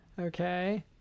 Okay